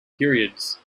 periods